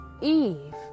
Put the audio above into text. Eve